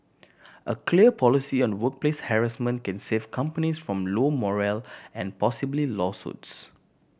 a clear policy on workplace harassment can save companies from low morale and possibly lawsuits